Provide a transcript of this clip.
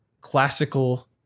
classical